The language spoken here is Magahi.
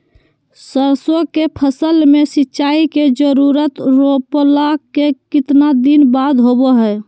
सरसों के फसल में सिंचाई के जरूरत रोपला के कितना दिन बाद होबो हय?